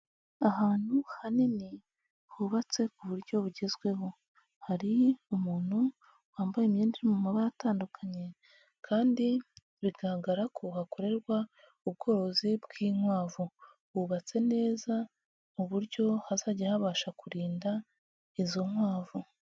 Ahantu hanini hubatse ku buryo bugezweho, hari umuntu wambaye imyenda iri mu mabara atandukanye kandi bigaragara ko hakorerwa ubworozi bw'inkwavu, hubatse neza mu buryo hazajya habasha kurinda izo nkwavu.